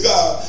God